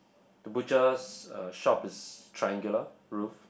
the butchers' uh shop is triangular roof